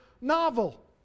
novel